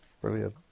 Brilliant